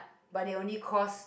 but they only cost